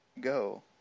go